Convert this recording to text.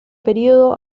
período